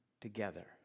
together